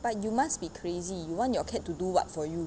but you must be crazy you want your cat to do what for you